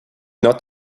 not